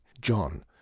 John